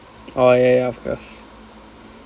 orh ya ya of course